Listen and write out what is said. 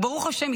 ברוך השם,